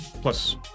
plus